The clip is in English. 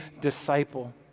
disciple